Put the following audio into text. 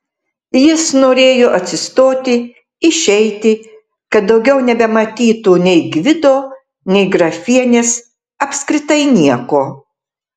jis norėjo atsistoti išeiti kad daugiau nebematytų nei gvido nei grafienės apskritai nieko